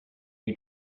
you